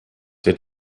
der